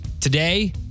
today